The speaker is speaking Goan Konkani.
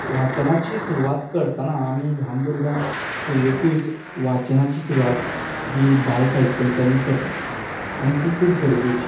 वाचनाची सुरवात करतना आमी ल्हान भुरग्यांक सुरवेकूच वाचनाची सुरवात ही बाल साहित्यांतल्यान करतात आनी ती खूब गरजेची